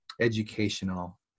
educational